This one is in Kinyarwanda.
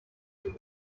buri